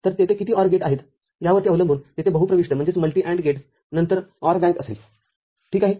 तरतेथे किती OR gate आहेत यावरती अवलंबून तेथे बहुप्रविष्ट AND गेट नंतर OR बँक असेल ठीक आहे